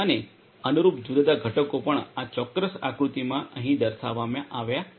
અને અનુરૂપ જુદા જુદા ઘટકો પણ આ ચોક્કસ આકૃતિમાં અહીં દર્શાવવામાં આવ્યા છે